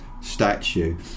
statue